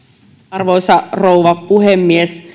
arvoisa rouva puhemies